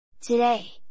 Today